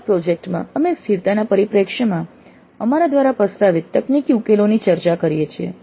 અમારા પ્રોજેક્ટ માં અમે સ્થિરતાના પરિપ્રેક્ષ્યમાં અમારા દ્વારા પ્રસ્તાવિત તકનીકી ઉકેલોની ચર્ચા કરીએ છીએ